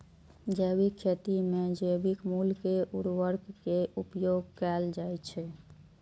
जैविक खेती मे जैविक मूल के उर्वरक के उपयोग कैल जाइ छै